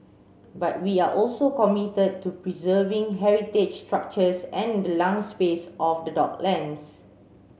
but we are also committed to preserving heritage structures and the lung space of the docklands